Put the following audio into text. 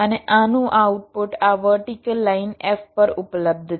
અને આનું આઉટપુટ આ વર્ટીકલ લાઈન f પર ઉપલબ્ધ છે